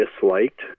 disliked